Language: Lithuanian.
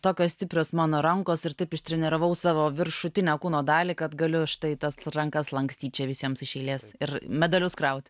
tokios stiprios mano rankos ir taip ištreniravau savo viršutinę kūno dalį kad galiu štai tas rankas lankstyt čia visiems iš eilės ir medalius kraut